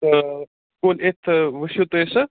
تہٕ سکوٗل یِتھ وٕچھِو تُہۍ سُہ